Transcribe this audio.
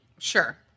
Sure